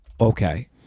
Okay